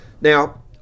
now